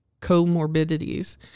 comorbidities